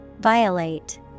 Violate